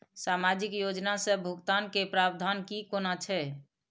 सामाजिक योजना से भुगतान के प्रावधान की कोना छै?